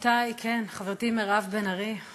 כן, חברתי מירב בן ארי,